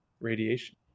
radiation